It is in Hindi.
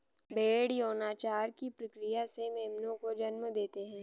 भ़ेड़ यौनाचार की प्रक्रिया से मेमनों को जन्म देते हैं